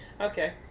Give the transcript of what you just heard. Okay